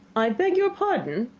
i beg your pardon?